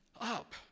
Up